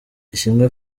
ishimwe